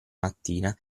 mattina